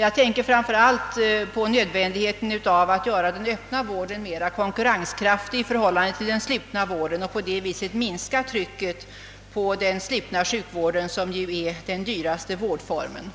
Jag tänker framför allt på nödvändigheten av att göra den öppna vården mera konkurrenskraftig i förhålllande till den slutna vården och på det sättet minska trycket på den senare, som ju är den dyraste vårdformen.